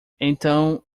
então